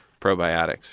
probiotics